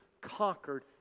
conquered